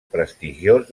prestigiós